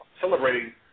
celebrating